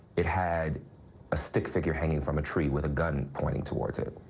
it had a stick figure hanging from a tree with a gun pointing towards it,